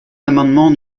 l’amendement